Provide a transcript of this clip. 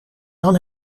dan